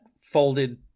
folded